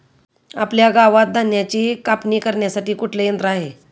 आपल्या गावात धन्याची कापणी करण्यासाठी कुठले यंत्र आहे?